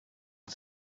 und